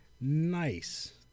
Nice